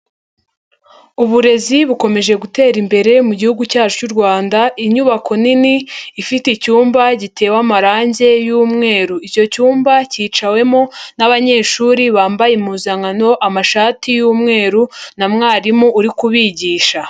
Uburezi bukomeje gutera imbere mu gihugu cy'u Rwanda, inyubako nini ifite icyumba gitewe amarangi y'umweru. Icyo cyumba cyicawemo n'abanyeshuri bambaye impuzankano, amashati y'umweru na mwarimu uri kubigisha.